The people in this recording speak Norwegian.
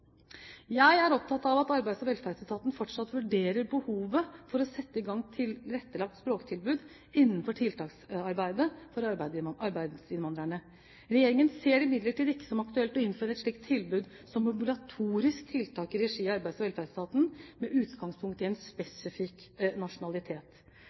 Jeg er opptatt av at Arbeids- og velferdsetaten fortsatt vurderer behovet for å sette i gang tilrettelagte språktilbud innenfor tiltaksarbeidet for arbeidsinnvandrere. Regjeringen ser det imidlertid ikke som aktuelt å innføre slike tilbud som obligatoriske tiltak i regi av Arbeids- og velferdsetaten med utgangspunkt i en